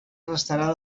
restarà